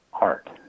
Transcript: art